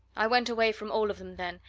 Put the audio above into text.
i went away from all of them then,